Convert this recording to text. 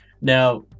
Now